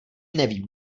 nevím